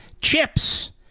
Chips